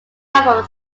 from